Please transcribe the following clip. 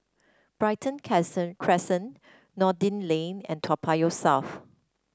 Brighton Crescent Noordin Lane and Toa Payoh South